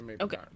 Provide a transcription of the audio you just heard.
Okay